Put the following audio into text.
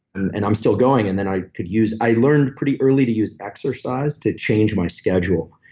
and i'm still going. and then i could use. i learned pretty early to use exercise to change my schedule.